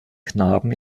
knaben